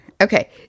Okay